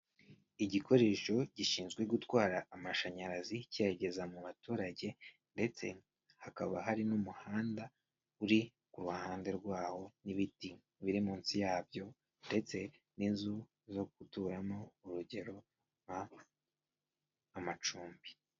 Igikoresho gishinzwe gutwara amashanyarazi kiyageza mu baturage, ndetse hakaba hari n'umuhanda uri ku ruhande rwawo, n'ibiti biri munsi yabyo, ndetse n'inzu zo guturamo urugero nk' amacumbi.